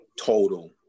total